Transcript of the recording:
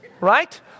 right